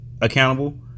accountable